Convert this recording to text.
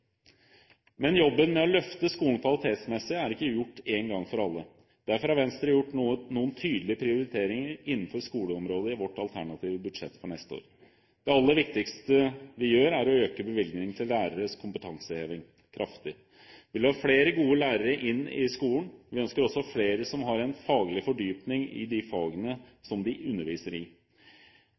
Men jobben med å løfte skolen kvalitetsmessig er ikke gjort en gang for alle. Derfor har Venstre gjort noen tydelige prioriteringer innenfor skoleområdet i sitt alternative budsjett for neste år. Det aller viktigste vi gjør, er å øke bevilgningene til læreres kompetanseheving kraftig. Vi vil ha flere gode lærere inn i skolen. Vi ønsker også flere som har en faglig fordypning i de fagene de underviser i.